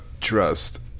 trust